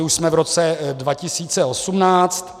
Už jsme v roce 2018.